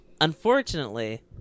Unfortunately